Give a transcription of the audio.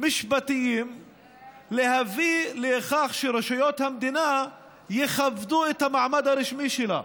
משפטיים להביא לכך שרשויות המדינה יכבדו את המעמד הרשמי שלה.